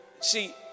see